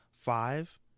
five